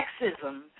sexism